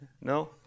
No